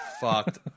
fucked